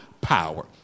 power